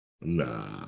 Nah